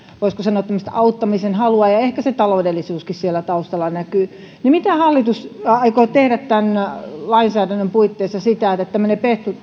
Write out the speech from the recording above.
voisiko sanoa tämmöistä auttamisen halua ja ehkä se taloudellisuuskin siellä taustalla näkyy mitä hallitus aikoo tehdä tämän lainsäädännön puitteissa että tämmöinen